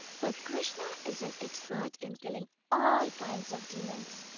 but krishna is an expert in killing all kinds of demons.